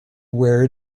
where